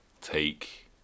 take